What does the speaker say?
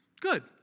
good